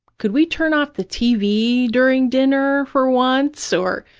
could we turn off the tv during dinner for once, or,